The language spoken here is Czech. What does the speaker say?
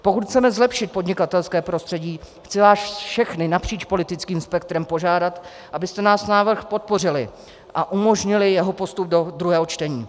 Pokud chceme zlepšit podnikatelské prostředí, chci vás všechny napříč politickým spektrem požádat, abyste náš návrh podpořili a umožnili jeho postup do druhého čtení.